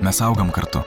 mes augame kartu